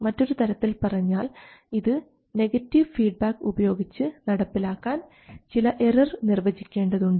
മറ്റൊരു തരത്തിൽ പറഞ്ഞാൽ ഇത് നെഗറ്റീവ് ഫീഡ്ബാക്ക് ഉപയോഗിച്ച് നടപ്പിലാക്കാൻ ചില എറർ നിർവ്വചിക്കേണ്ടതുണ്ട്